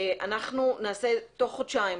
אנחנו נעשה תוך חודשיים,